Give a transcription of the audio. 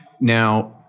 Now